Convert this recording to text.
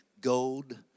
gold